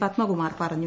പത്മകുമാർ പറഞ്ഞു